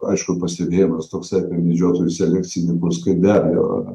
aišku pastebėjimas toks apie medžiotojus selekcininkus kai be abejo